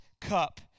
cup